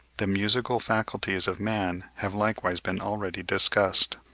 the musical faculties of man have likewise been already discussed.